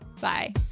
Bye